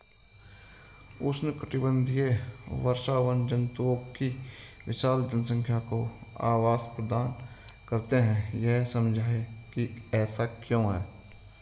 उष्णकटिबंधीय वर्षावन जंतुओं की विशाल जनसंख्या को आवास प्रदान करते हैं यह समझाइए कि ऐसा क्यों है?